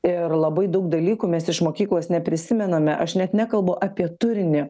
ir labai daug dalykų mes iš mokyklos neprisimename aš net nekalbu apie turinį